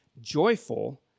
joyful